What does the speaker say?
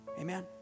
Amen